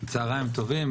צוהריים טובים,